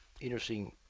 interesting